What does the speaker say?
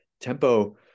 tempo